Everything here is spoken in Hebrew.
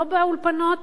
לא באולפנות